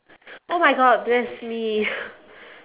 oh my god bless me